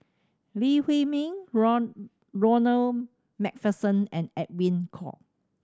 Lee Huei Min Ronald Macpherson and Edwin Koek